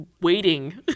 waiting